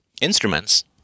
instruments